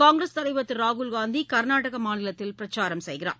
காங்கிரஸ் தலைவர் திரு ராகுல் காந்தி கர்நாடக மாநிலத்தில் பிரச்சாரம் மேற்கொள்கிறார்